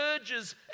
urges